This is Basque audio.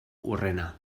hurrena